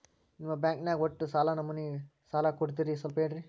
ನಿಮ್ಮ ಬ್ಯಾಂಕ್ ನ್ಯಾಗ ಒಟ್ಟ ಎಷ್ಟು ನಮೂನಿ ಸಾಲ ಕೊಡ್ತೇರಿ ಸ್ವಲ್ಪ ಹೇಳ್ರಿ